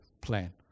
plan